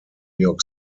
york